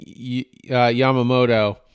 Yamamoto